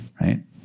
right